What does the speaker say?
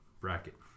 bracket